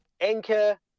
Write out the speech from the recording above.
anchor –